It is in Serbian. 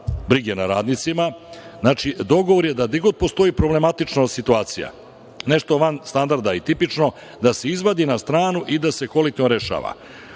brige za radnicima, dogovor je da gde god postoji problematična situacija, nešto van standarda i tipično da se izvadi na stranu i da se rešava.U